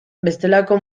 bestelako